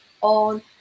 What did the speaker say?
on